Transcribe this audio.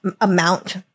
amount